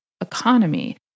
economy